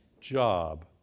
job